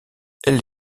elle